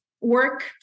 work